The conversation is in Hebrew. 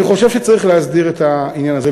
אני חושב שצריך להסדיר את העניין הזה.